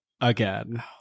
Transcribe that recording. again